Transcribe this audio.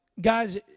guys